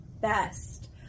best